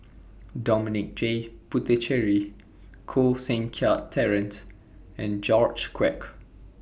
Dominic J Puthucheary Koh Seng Kiat Terence and George Quek